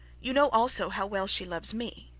you know also how well she loves me